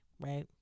right